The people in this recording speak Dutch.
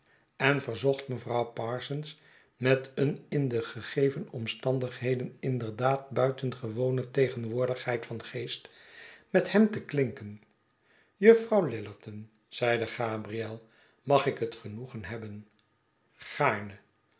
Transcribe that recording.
en verzocht mevrouw parsons met een in de gegeven omstandigheden inderdaad buitengewone tegenwoordigheid van geest met hem teklinken juffrouw lillerton zeide gabriel magik het genoegen hebben